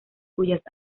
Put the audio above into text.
cuyas